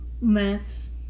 Maths